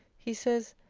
he says,